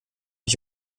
ich